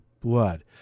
blood